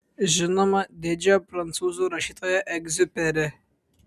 žinoma didžiojo prancūzų rašytojo egziuperi